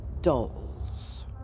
dolls